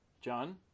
John